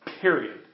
Period